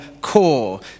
core